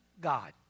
God